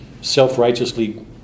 self-righteously